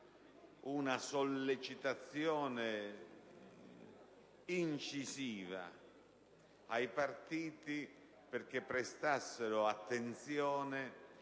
una sollecitazione incisiva ai partiti perché prestassero attenzione